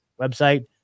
website